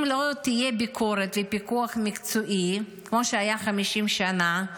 אם לא יהיו ביקורת ופיקוח מקצועי כמו שהיה 50 שנה,